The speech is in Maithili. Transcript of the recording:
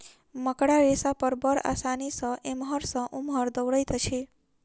मकड़ा रेशा पर बड़ आसानी सॅ एमहर सॅ ओमहर दौड़ैत अछि